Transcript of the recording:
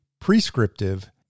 prescriptive